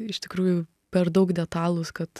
iš tikrųjų per daug detalūs kad